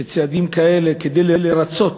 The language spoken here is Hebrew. צעדים כאלה, כדי לרצות